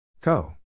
Co